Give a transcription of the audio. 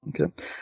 Okay